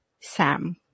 Sam